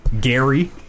Gary